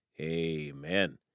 amen